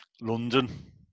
London